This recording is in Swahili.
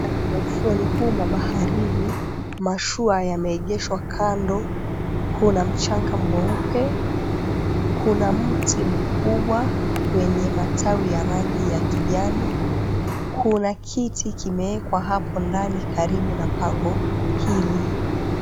Ufuoni huu wa baharini, mashua yameegeshwa kando, kuna mchanga mweupe, kuna mti mkubwa wenye matawi ya rangi ya kijani, kuna kiti kimeweka hapo ndani karibu na pango hili.